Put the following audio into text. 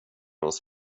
oss